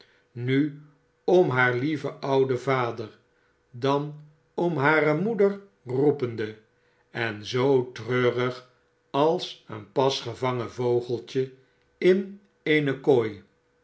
nu om haar lieven ouden vader dan om hare moeder roepende en zoo treurig als een pas gevangen vogeltje in eene kooi